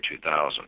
2000